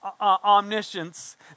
omniscience